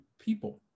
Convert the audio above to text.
people